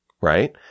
right